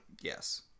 Yes